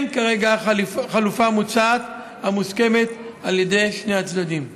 אין כרגע חלופה מוצעת המוסכמת על שני הצדדים.